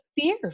Fear